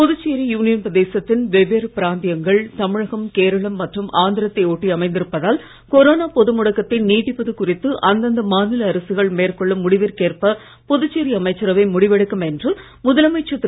Puducherry union பிரதேசத்தின் வெவ்வேறு பிராந்தியங்கள் தமிழகம் கேரளம் மற்றும் ஆந்திரத்தை ஒட்டி அமைந்திருப்பதால் கொரோனா பொது முடக்கத்தை நீட்டிப்பது குறித்து அந்தந்த மாநில அரசுகள் மேற்கொள்ளும் முடிவிற்கு ஏற்ப புதுச்சேரி அமைச்சரவை முடிவெடுக்கும் என்று முதலமைச்சர் திரு